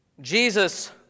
Jesus